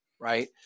right